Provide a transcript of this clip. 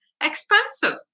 expensive